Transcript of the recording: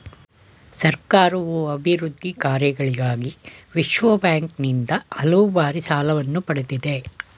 ಸರ್ಕಾರವು ಅಭಿವೃದ್ಧಿ ಕಾರ್ಯಗಳಿಗಾಗಿ ವಿಶ್ವಬ್ಯಾಂಕಿನಿಂದ ಹಲವು ಬಾರಿ ಸಾಲವನ್ನು ಪಡೆದಿದೆ